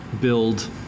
build